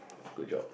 good job